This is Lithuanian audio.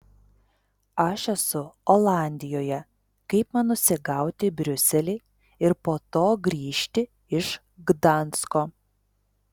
aš esu olandijoje kaip man nusigauti į briuselį ir po to grįžti iš gdansko